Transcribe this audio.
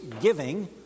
giving